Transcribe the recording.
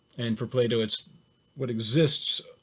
and for plato it's what exists,